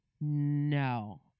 No